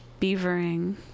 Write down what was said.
beavering